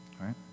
right